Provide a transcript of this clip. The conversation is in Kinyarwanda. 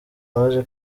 baje